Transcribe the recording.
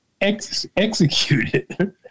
executed